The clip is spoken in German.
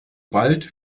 bald